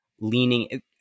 leaning